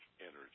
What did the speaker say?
energy